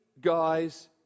guys